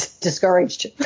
discouraged